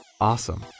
Awesome